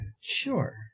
Sure